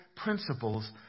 principles